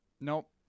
nope